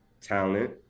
talent